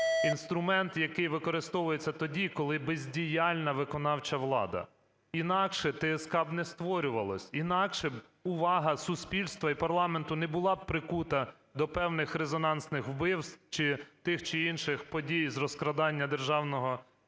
інструмент, який використовується тоді, коли бездіяльна виконавча влада. Інакше ТСК б не створювалася, інакше б увага суспільства і парламенту не була б прикута до певних резонансних вбивств чи тих, чи інших подій з розкрадання державного майна.